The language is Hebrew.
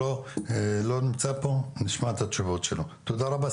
תודה רבה,